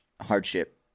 hardship